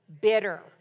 Bitter